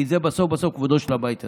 כי זה בסוף בסוף כבודו של הבית הזה.